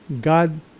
God